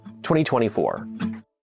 2024